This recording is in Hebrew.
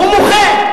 הוא מוחה.